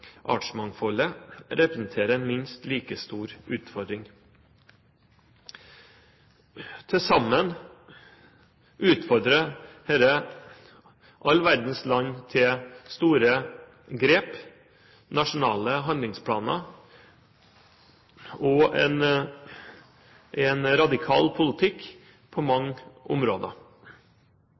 artsmangfoldet representerer en minst like stor utfordring. Til sammen utfordrer dette all verdens land – til store grep, nasjonale handlingsplaner og en radikal politikk på mange områder.